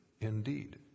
indeed